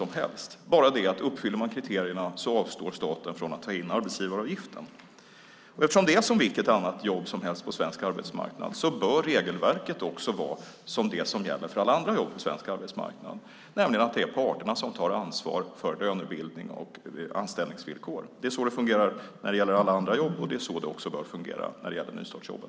Det är bara det att om kriterierna uppfylls avstår staten från att ta in arbetsgivaravgiften. Eftersom det är som vilket annat jobb som helst på svensk arbetsmarknad, bör regelverket också vara det som gäller för alla andra jobb på svensk arbetsmarknad, nämligen att det är parterna som tar ansvar för lönebildning och anställningsvillkor. Det är så det fungerar när det gäller alla andra jobb, och det är så det också bör fungera när det gäller nystartsjobben.